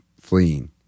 fleeing